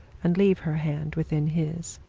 and leave her hand within his.